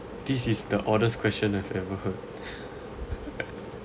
this is the oddest question I've ever ever heard